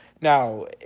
Now